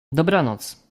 dobranoc